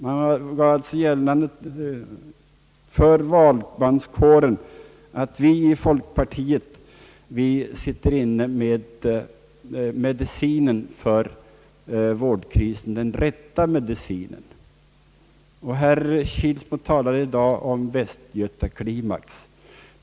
Man gjorde alltså gällande för valmanskåren att man inom folkpartiet sitter inne med den rätta medicinen för att lösa vårdkrisen. Herr Kilsmo talade i dag om västgötaklimax.